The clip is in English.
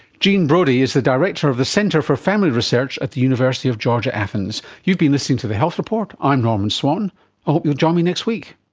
gene brody is the director of the centre for family research at the university of georgia, athens. you've been listening to the health report, i'm norman swan, i hope you'll join me next week